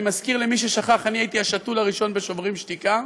אני מזכיר למי ששכח: אני הייתי השתול הראשון ב"שוברים שתיקה".